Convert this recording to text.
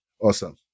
Awesome